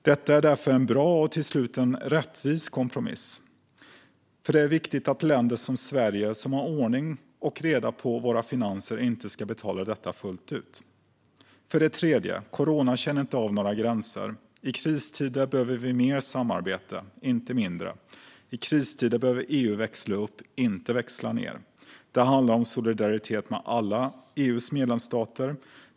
Detta är därför en bra och till slut rättvis kompromiss, för det är viktigt att länder som Sverige, som har ordning och reda i sina finanser, inte ska betala detta fullt ut. Godkännande av rådets beslut om systemet för EU:segna medel för perioden 2021 och framåt För det tredje känner inte corona av några gränser. I kristider behöver vi mer samarbete, inte mindre. I kristider behöver EU växla upp, inte växla ned. Det handlar om solidaritet med alla EU:s medlemsstater.